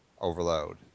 overload